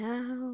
Now